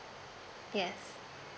yes